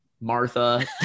Martha